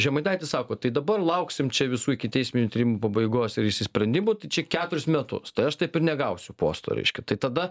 žemaitaitis sako tai dabar lauksim čia visų ikiteisminių tyrimų pabaigos ir išsisprendimų tai čia keturis metus tai aš taip ir negausiu posto reiškia tai tada